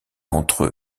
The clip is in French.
entre